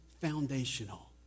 foundational